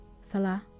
Salah